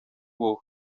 wowe